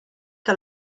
que